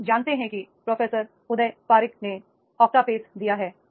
हम जानते हैं कि प्रोफेसर उदय पारिख ने ऑक्टपेस दिया है